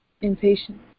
impatient